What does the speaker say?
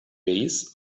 base